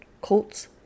colt's